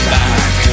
back